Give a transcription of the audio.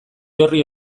orri